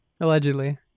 Allegedly